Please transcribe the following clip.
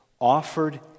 offered